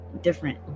different